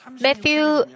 Matthew